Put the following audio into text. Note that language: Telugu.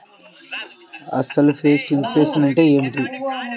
అసలు పెస్ట్ ఇన్ఫెక్షన్ అంటే ఏమిటి?